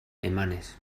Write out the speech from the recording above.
emanez